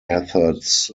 methods